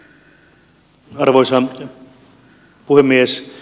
arvoisa puhemies